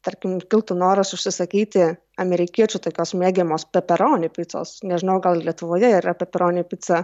tarkim kiltų noras užsisakyti amerikiečių tokios mėgiamos peperoni picos nežinau gal lietuvoje yra peperoni pica